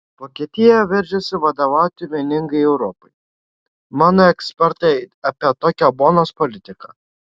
vokietija veržiasi vadovauti vieningai europai mano ekspertai apie tokią bonos politiką